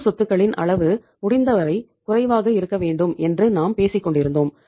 நடப்பு சொத்துகளின் அளவு முடிந்தவரை குறைவாக இருக்க வேண்டும் என்று நாம் பேசிக்கொண்டிருந்தோம்